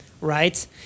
right